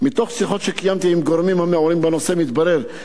מתוך שיחות שקיימתי עם גורמים המעורים בנושא מתברר כי